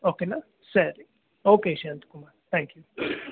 ಓಕೆನಾ ಸರಿ okay Ishant Kumar thank you